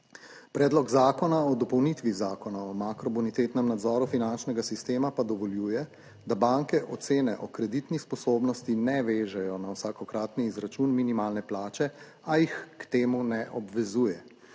Predlog zakona o dopolnitvi zakona o makrobonitetnem nadzoru finančnega sistema pa dovoljuje, da banke ocene o kreditni sposobnosti ne vežejo na vsakokratni izračun minimalne plače, a jih k temu ne obvezuje.